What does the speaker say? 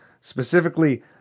Specifically